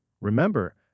Remember